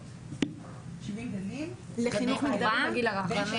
70 גנים בפיילוט לחינוך מגדרי לגיל הרך.